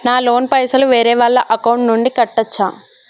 నా లోన్ పైసలు వేరే వాళ్ల అకౌంట్ నుండి కట్టచ్చా?